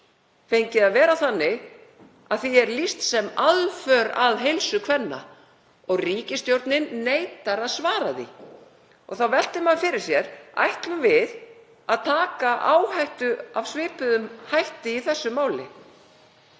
fengið að vera þannig að því er lýst sem aðför að heilsu kvenna og ríkisstjórnin neitar að svara því. Þá veltir maður fyrir sér: Ætlum við að taka áhættu af svipuðum hætti í þessu máli,